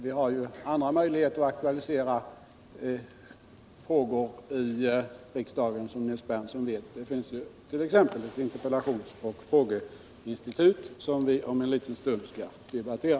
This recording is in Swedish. Vi harju, som Nils Berndtson vet, andra möjligheter att aktualisera frågor i riksdagen, t.ex. ett interpellationsoch frågeinstitut, som vi om en liten stund skall debattera.